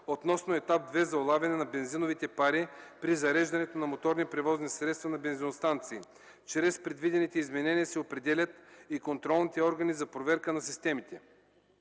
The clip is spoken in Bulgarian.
относно Етап II на улавяне на бензиновите пари при зареждането на моторни превозни средства на бензиностанции. Чрез предвидените изменения се определят и контролните органи за проверка на системите.